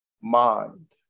mind